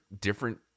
different